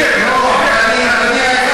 באמת.